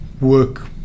work